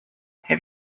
have